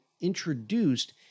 introduced